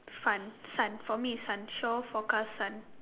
fun sun for me is sun shore forecast sun